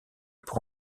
pour